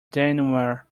dinnerware